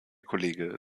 kollege